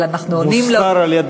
אבל אנחנו עונים לו,